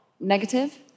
negative